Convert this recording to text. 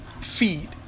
feed